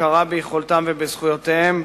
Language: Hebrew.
הכרה ביכולתם ובזכויותיהם,